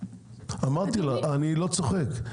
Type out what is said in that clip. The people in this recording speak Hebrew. אני לא צוחק.